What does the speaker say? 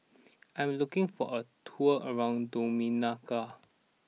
I am looking for a tour around Dominica